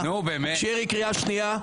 --- שירי, קריאה שנייה.